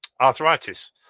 arthritis